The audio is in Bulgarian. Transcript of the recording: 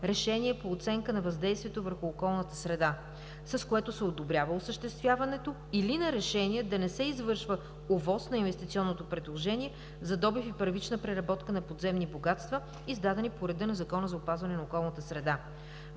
решение по Оценка на въздействието върху околната среда (ОВОС), с което се одобрява осъществяването, или на решение да не се извършва ОВОС на инвестиционното предложение за добив и първична преработка на подземни богатства, издадени по реда на Закона за опазване на околната среда.